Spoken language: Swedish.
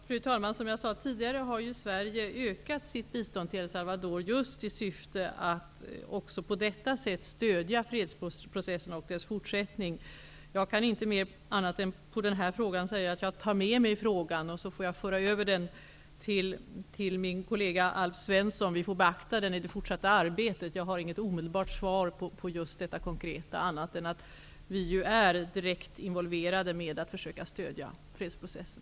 Fru talman! Som jag sade tidigare har Sverige ökat sitt bistånd till El Salvador i syfte att också på detta sätt stödja fredsprocessen och dess fortsättning. Jag kan inte på denna fråga svara annat än att jag tar med mig det som har sagts. Jag får föra med mig frågan till min kollega Alf Svensson. Vi får beakta den i det fortsatta arbetet. Jag har inget omedelbart svar på detta, annat än att vi är direkt involverade i att försöka stödja fredsprocessen.